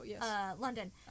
London